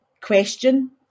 question